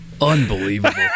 Unbelievable